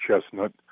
Chestnut